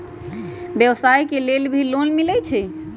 व्यवसाय के लेल भी लोन मिलहई?